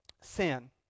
sin